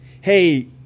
hey